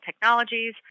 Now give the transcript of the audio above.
Technologies